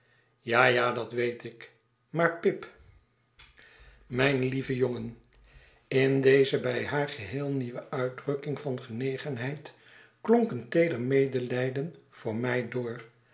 ja ja dat weet ik maar pip mijn lieve jongen in deze by haar geheel nieuwe nitdrukking van genegenheid klonk een teeder medelijden voor mij door